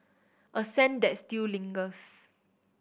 a scent that still lingers